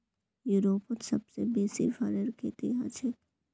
यूरोपत सबसे बेसी फरेर खेती हछेक